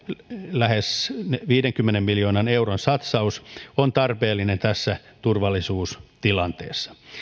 lähes viidenkymmenen miljoonan euron satsaus on tarpeellinen tässä turvallisuustilanteessa